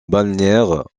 balnéaire